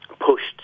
pushed